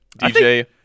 DJ